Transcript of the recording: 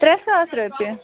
ترٛےٚ ساس رۄپیہِ